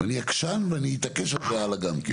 אני עקשן ואני אתעקש הלאה גם כן.